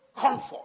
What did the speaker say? Comfort